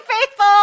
faithful